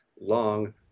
long